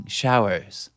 showers